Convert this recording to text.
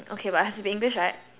okay but has to be English right